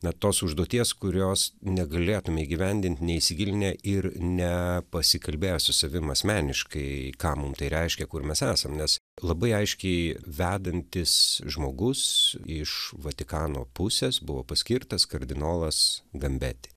na tos užduoties kurios negalėtume įgyvendint neįsigilinę ir nepasikalbėję su savim asmeniškai ką mum tai reiškia kur mes esam nes labai aiškiai vedantis žmogus iš vatikano pusės buvo paskirtas kardinolas gambeti